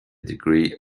degree